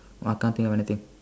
I can't think of anything